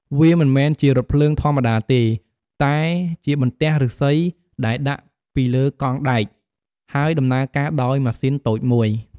វាមិនមែនជារថភ្លើងធម្មតាទេ តែជាបន្ទះឫស្សីដែលដាក់ពីលើកង់ដែក ហើយដំណើរការដោយម៉ាស៊ីនតូចមួយ។